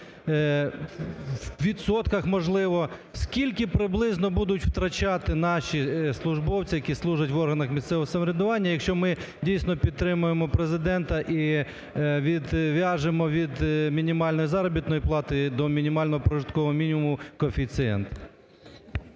у відсотках, можливо, скільки приблизно будуть втрачати наші службовці, які служать в органах місцевого самоврядування, якщо ми дійсно підтримаємо Президента і відв'яжемо від мінімальної заробітної плати до мінімального прожиткового мінімуму коефіцієнт?